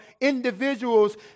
individuals